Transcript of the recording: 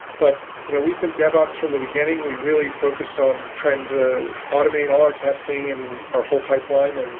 but you know we've been devops from the beginning. we really focus on trying to automate all our testing and our whole pipeline. and